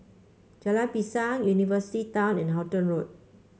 Jalan Pisang University Town and Halton Road